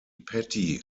petty